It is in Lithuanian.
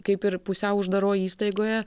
kaip ir pusiau uždaroj įstaigoje